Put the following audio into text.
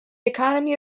economy